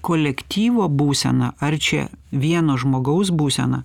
kolektyvo būseną ar čia vieno žmogaus būseną